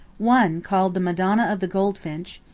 one, called the madonna of the goldfinch,